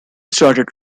started